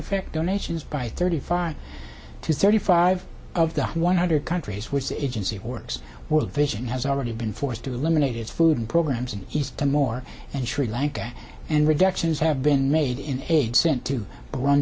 affect donations by thirty five to thirty five of the one hundred countries which the agency it works world vision has already been forced to limit its food programs in east timor and sri lanka and rejections have been made in aid sent to r